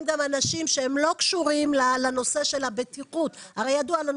גם אנשים שהם לא קשורים לנושא של הבטיחות הרי ידוע לנו